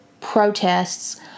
protests